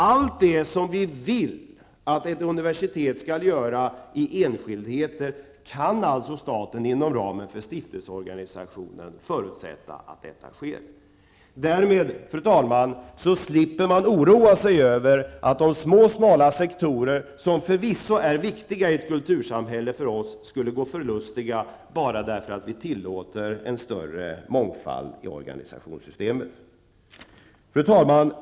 Allt det som vi vill att ett universitet skall göra i enskildheter kan alltså staten förutsätta inom ramen för stiftelseorganisationen. Därmed, fru talman, slipper man oroa sig över att de små smala sektorer som förvisso är viktiga i ett kultursamhälle skulle gå förlustiga bara därför att vi tillåter en större mångfald i organisationssystemet. Fru talman!